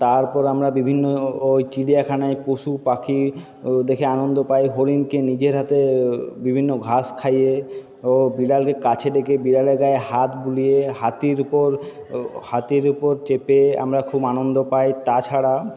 তারপর আমরা বিভিন্ন ওই চিড়িয়াখানায় পশু পাখি দেখে আনন্দ পাই হরিণকে নিজের হাতে বিভিন্ন ঘাস খাইয়ে বিড়ালকে কাছে ডেকে বিড়ালের গায়ে হাত বুলিয়ে হাতির উপর হাতির উপর চেপে আমরা খুব আনন্দ পাই তাছাড়া